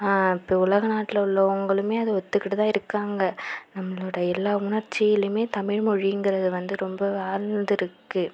இப்போ உலக நாட்டில் உள்ளவங்களுமே அதை ஒத்துக்கிட்டு தான் இருக்காங்க நம்மளோட எல்லா உணர்ச்சியிலையுமே தமிழ் மொழிங்கிறது வந்து ரொம்ப ஆழ்ந்துயிருக்கு